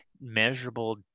measurable